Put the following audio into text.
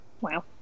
Wow